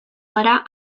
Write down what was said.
gara